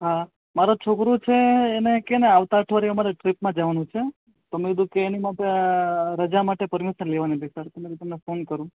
હા મારો છોકરો છે એને કે ને આવતા અઠવાડિયા મારે ટ્રીપમાં જવાનું છે તો મેં કીધુ એની માટે રજા માટે પરમિશન લેવાની હતી સર ફોન કરુ